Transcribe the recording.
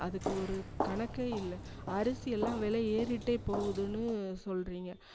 அதுக்கு ஒரு கணக்கே இல்லை அரிசி எல்லாம் விலை ஏறிகிட்டே போகுதுன்னு சொல்கிறீங்க